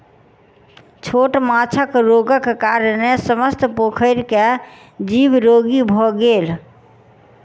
छोट माँछक रोगक कारणेँ समस्त पोखैर के जीव रोगी भअ गेल